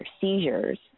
seizures